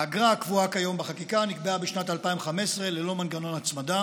האגרה הקבועה כיום בחקיקה נקבעה בשנת 2015 ללא מנגנון ההצמדה